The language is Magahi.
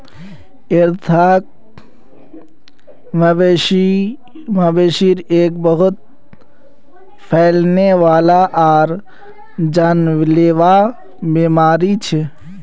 ऐंथ्राक्, मवेशिर एक बहुत फैलने वाला आर जानलेवा बीमारी छ